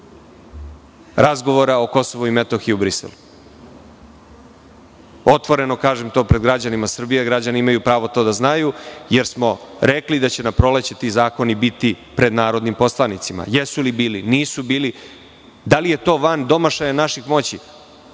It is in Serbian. razgovora o KiM u Briselu. To otvoreno kažem pred građanima Srbije, građani imaju pravo da to znaju, jer smo rekli da će na proleće ti zakoni biti pred narodnim poslanicima. Jesu li bili? Nisu bili. Da li je to van domašaja naših moći?